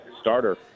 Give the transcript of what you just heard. starter